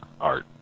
art